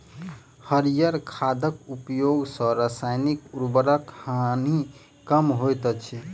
हरीयर खादक उपयोग सॅ रासायनिक उर्वरकक हानि कम होइत अछि